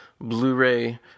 Blu-ray